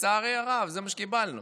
לצערי הרב, זה מה שקיבלנו.